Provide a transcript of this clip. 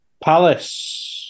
Palace